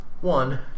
one